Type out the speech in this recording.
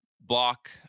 block